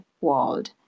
world